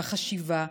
בחשיבה,